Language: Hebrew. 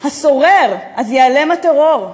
הסורר אז ייעלם הטרור.